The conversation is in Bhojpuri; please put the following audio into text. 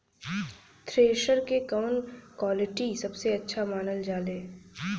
थ्रेसर के कवन क्वालिटी सबसे अच्छा मानल जाले?